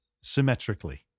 symmetrically